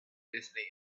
destiny